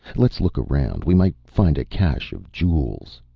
let's look around. we might find a cache of jewels.